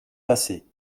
passer